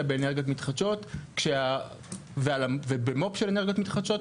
באנרגיות מתחדשות ובמו"פ של אנרגיות מתחדשות,